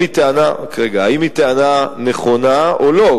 היא טענה נכונה או לא.